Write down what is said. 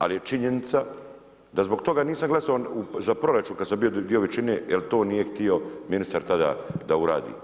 Ali je činjenica da zbog toga nisam glasovao za proračun kad sam bio dio većine jer to nije htio ministar tada da uradi.